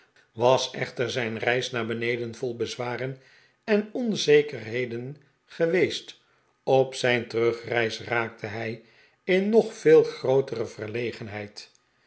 was echter zijn reis naar beneden vol bezwaren en onzekerheden geweest op zijn terugreis raakte hij in nog veel grootere verlegenheid